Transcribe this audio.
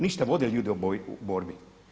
Niste vodili ljude u borbi.